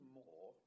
more